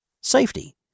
Safety